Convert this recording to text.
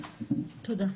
תודה.